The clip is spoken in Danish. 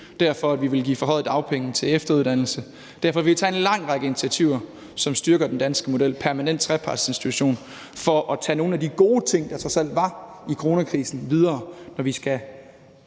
derfor, vi vil give forhøjede dagpenge til efteruddannelse; det er derfor, vi vil tage en lang række initiativer, som styrker den danske model – som f.eks. en permanent trepartsinstitution – for at føre nogle af de gode ting, der trods alt blev gjort under coronakrisen, videre,